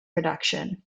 production